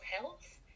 health